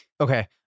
Okay